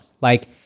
Like-